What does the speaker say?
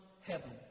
heaven